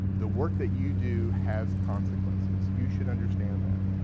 the work that you do has consequences. you should understand that.